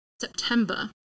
September